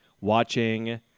watching